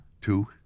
Two